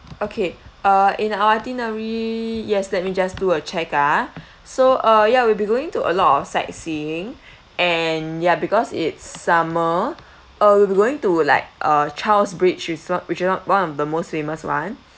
okay uh in our itinerary yes let me just do a check ah so uh ya we'll be going to a lot of sightseeing and ya because it's summer uh we'll be going to like uh charles bridge reso~ which is o~ one of the most famous [one]